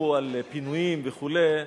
כשדיברו על פינויים וכו'.